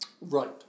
Right